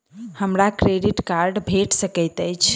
हमरा credit card भेट सकैत अछि?